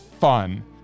fun